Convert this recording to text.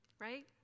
Right